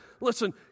Listen